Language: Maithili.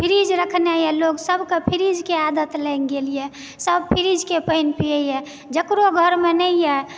फ्रीज रखने येए लोग सबकऽ फ्रीज के आदत लागि गेल येए सब फ्रीज के पानि पियैए जकरो घरमे नइँ ए